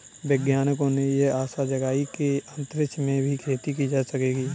वैज्ञानिकों ने यह आशा जगाई है कि अंतरिक्ष में भी खेती की जा सकेगी